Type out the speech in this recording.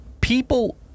people